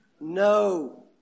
No